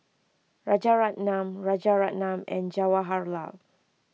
Rajaratnam Rajaratnam and Jawaharlal